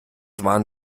waren